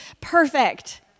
perfect